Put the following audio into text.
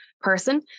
person